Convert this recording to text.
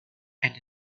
and